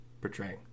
portraying